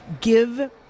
give